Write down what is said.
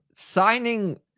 Signing